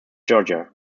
georgia